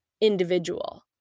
individual